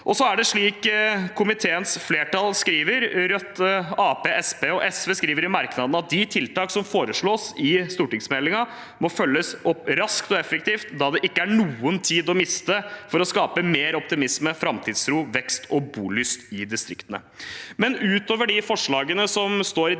og SV, skriver i merknadene at de tiltak som foreslås i stortingsmeldingen, må følges opp raskt og effektivt, da det ikke er noen tid å miste for å skape mer optimisme, framtidstro, vekst og bolyst i distriktene. Utover de forslagene som står i distriktsmeldingen